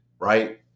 right